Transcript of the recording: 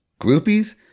groupies